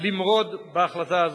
למרוד בהחלטה הזאת.